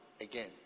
again